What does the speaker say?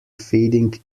feeding